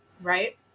right